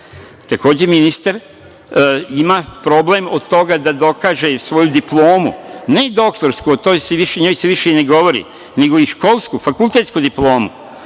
takođe ministar, ima problem od toga da dokaže svoju diplomu, ne doktorsku, o njoj se više i ne govori, nego i školsku, fakultetsku diplomu.